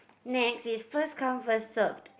next is first come first served